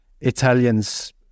Italians